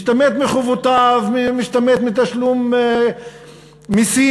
משתמט מחובותיו, משתמט מתשלום מסים,